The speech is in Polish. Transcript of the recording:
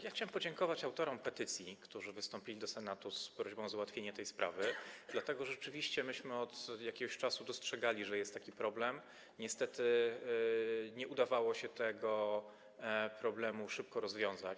Ja chciałem podziękować autorom petycji, którzy wystąpili do Senatu z prośbą o załatwienie tej sprawy, dlatego że my od jakiegoś czasu dostrzegaliśmy, że jest taki problem, ale niestety nie udawało się tego problemu szybko rozwiązać.